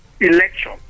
election